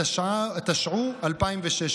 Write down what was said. התשע"ו 2016,